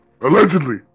Allegedly